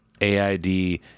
AID